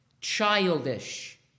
childish